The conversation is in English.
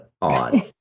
on